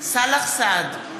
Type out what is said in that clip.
סאלח סעד,